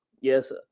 yes